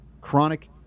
Chronic